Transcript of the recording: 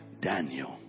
Daniel